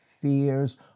fears